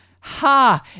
Ha